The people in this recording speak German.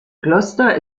gloucester